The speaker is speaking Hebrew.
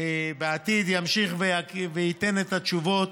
שבעתיד ימשיך וייתן את התשובות.